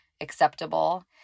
acceptable